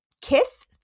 kiss